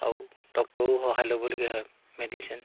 আৰু ডক্টৰো সহায় ল'বলগীয়া হয় মেডিচিন